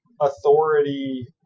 authority